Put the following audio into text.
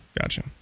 Gotcha